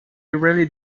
really